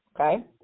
Okay